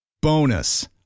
Bonus